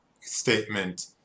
statement